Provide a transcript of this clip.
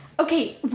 Okay